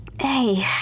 Hey